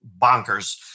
bonkers